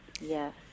yes